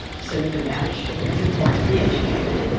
so you can match, it's important. be educated.